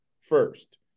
first